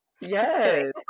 Yes